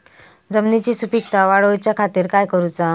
जमिनीची सुपीकता वाढवच्या खातीर काय करूचा?